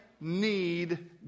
need